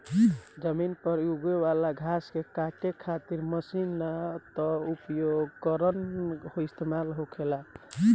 जमीन पर यूगे वाला घास के काटे खातिर मशीन ना त उपकरण इस्तेमाल होखेला